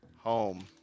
Home